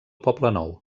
poblenou